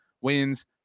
wins